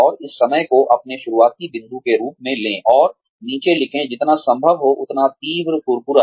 और इस समय को अपने शुरुआती बिंदु के रूप में लें और नीचे लिखें जितना संभव हो उतना तीव्रकुरकुरा